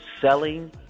Selling